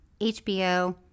HBO